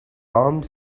armed